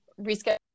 reschedule